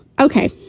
Okay